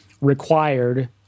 required